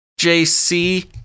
JC